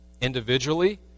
Individually